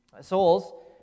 Souls